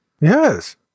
Yes